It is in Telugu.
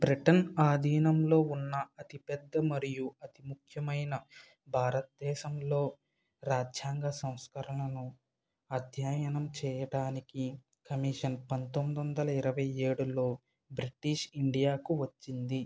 బ్రిటన్ ఆధీనంలో ఉన్న అతిపెద్ద మరియు అతి ముఖ్యమైన భారతదేశంలో రాజ్యాంగ సంస్కరణలను అధ్యయనం చేయడానికి కమిషన్ పంతొమ్మిది వందల ఇరవై ఏడులో బ్రిటిష్ ఇండియాకు వచ్చింది